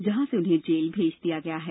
जहां से उन्हें जेल भेज दिया गया है